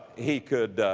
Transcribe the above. he could, ah,